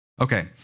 Okay